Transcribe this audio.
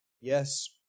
Yes